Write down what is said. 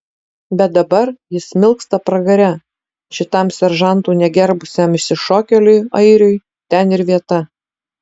bet dabar jis smilksta pragare šitam seržantų negerbusiam išsišokėliui airiui ten ir vieta